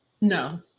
No